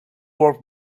work